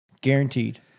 guaranteed